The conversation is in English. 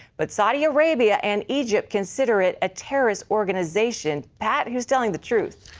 but saudi arabia and egypt consider it a terrorist organization. pat, who is telling the truth?